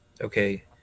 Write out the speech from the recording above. Okay